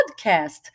podcast